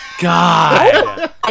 God